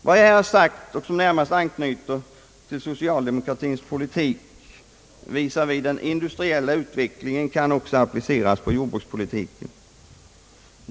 Vad jag här sagt anknyter närmast till socialdemokratins politik när det gäller den industriella utvecklingen men kan också appliceras på jordbrukspolitiken.